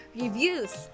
Reviews